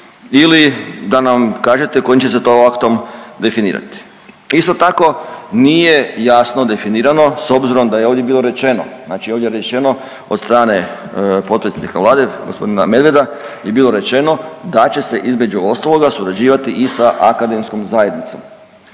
ili da nam kažete kojim će se to aktom definirati. Isto tako nije jasno definirano s obzirom da je ovdje bilo rečeno, znači ovdje je rečeno od strane potpredsjednika Vlade gospodina Medveda je bilo rečeno da će se između ostaloga surađivati i sa akademskom zajednicom.